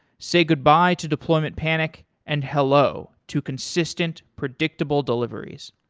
say goodbye to deployment panic and hello to consistent predictable deliveries.